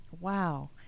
Wow